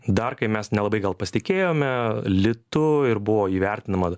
dar kai mes nelabai gal pasitikėjome litu ir buvo įvertinama